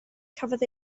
cafodd